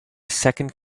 second